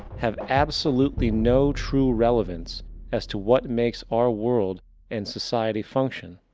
have absolutely no true relevance as to what makes our world and society function.